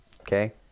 Okay